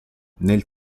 nel